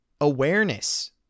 awareness